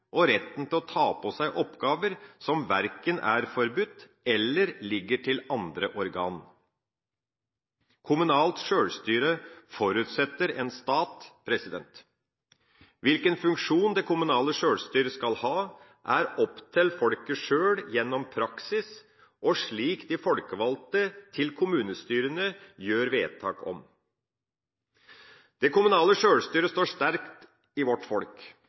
og retten til å ta på seg oppgaver som verken er forbudt eller ligger til andre organer. Kommunalt sjølstyre forutsetter en stat. Hvilken funksjon det kommunale sjølstyret skal ha, er opp til folket sjøl gjennom praksis og slik de folkevalgte til kommunestyrene gjør vedtak om. Det kommunale sjølstyret står sterkt i vårt folk.